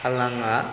हालांआ